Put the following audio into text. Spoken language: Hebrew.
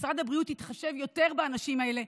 שמשרד הבריאות יתחשב יותר באנשים האלה,